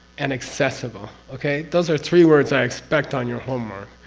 and accessible okay? those are three words i expect on your homework.